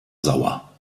sauer